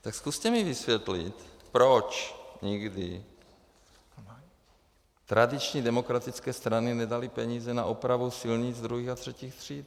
Tak mi zkuste vysvětlit, proč nikdy tradiční demokratické strany nedaly peníze na opravu silnic druhých a třetích tříd?